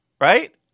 right